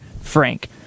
Frank